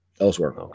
elsewhere